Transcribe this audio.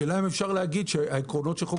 השאלה אם אפשר להגיד שהעקרונות של חוק